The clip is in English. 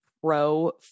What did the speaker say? pro